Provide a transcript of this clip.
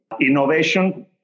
Innovation